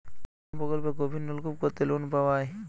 কোন প্রকল্পে গভির নলকুপ করতে লোন পাওয়া য়ায়?